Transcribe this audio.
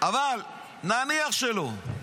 אבל נניח שלא,